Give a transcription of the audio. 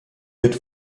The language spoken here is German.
wird